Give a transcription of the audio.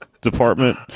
department